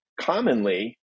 commonly